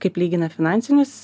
kaip lygina finansinius